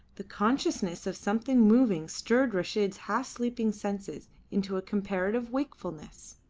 the consciousness of something moving stirred reshid's half-sleeping senses into a comparative wakefulness.